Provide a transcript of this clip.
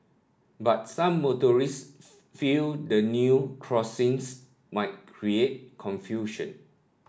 but some motorists feel the new crossings might create confusion